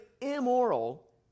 immoral